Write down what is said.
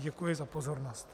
Děkuji za pozornost.